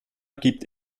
gibt